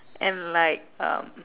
and like um